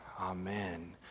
Amen